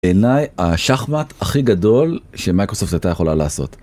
עיניי השחמט הכי גדול שמייקרוסופט היתה יכולה לעשות.